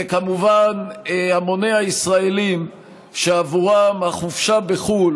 וכמובן המוני הישראלים שעבורם החופשה בחו"ל